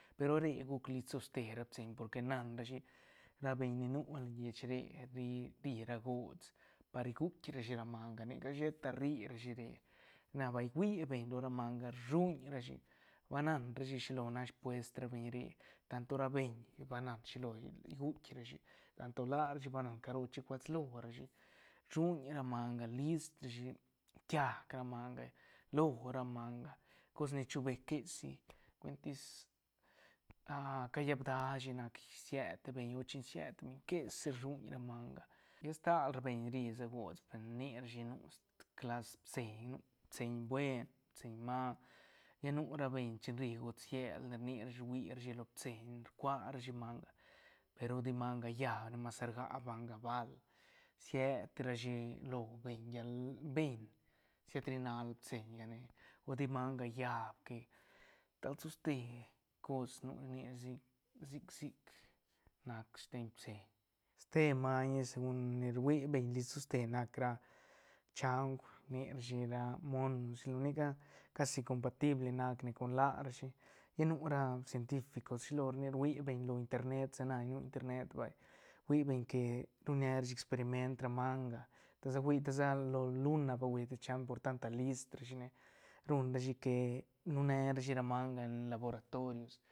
Pe ru re guc list toste ra pitseiñ porque nan rashi ra beñ ni nu lo lleich re ri- ri ra gots par guitk rashi ra manga ni ca sheta rri ra shi re na bañ hui beñ lo ra manga rshuñ ra shi ba nan rashi shilo nac spuest ra beñ re tanto ra beñ ba nan shilo guitk rashi tanto la rshi banan caro chi cuaslo rashi rsuñ ra manga list rashi kiaj ra maga lo ra manga cos ni chubes quesi cuestis ah ca llab dashi nac sied te beñ o chin sied beñ que si rlluñ ra manga lla stal ra beñ ri sa gots per ni rashi nu clas pitseiñ-pitseiñ buen pitseiñ mal lla nu ra beñ chin ri gots llel rni rashi rui rashi lo pitseiñ rcua ra shi manga pe ru ti manga llaab masa rga manga bál siet ra shi lo beñ llal beñ siet ri nal pitseiñ ga ne o ti manga llaab que tal soste cos nu rni ra sic- sic- sic nac sten pitseiñ ste man segun ni rui beñ list toste nac ra chaung rni rashi ra mono shi lo ni ca casi compatible nac ne con la rashi lla nu ra cientificos shilo ne rui beñ lo internet sa na ni nu internet vay rui beñ que ruñ ne rashi experiment ra manga ta sa hui ta sa lo luna va hui te chaung por tanta list ra shi ne ruñ rashi que nune rashi ra manga len laboratorios.